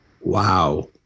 Wow